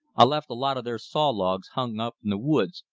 i left a lot of their saw logs hung up in the woods,